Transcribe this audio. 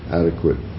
adequate